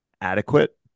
adequate